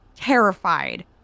terrified